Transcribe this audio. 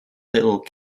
little